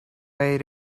way